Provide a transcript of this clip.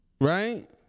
right